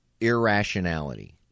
Irrationality